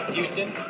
Houston